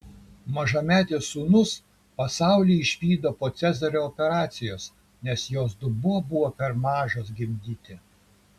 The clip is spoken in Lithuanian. mažametės sūnus pasaulį išvydo po cezario operacijos nes jos dubuo buvo per mažas gimdyti